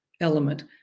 element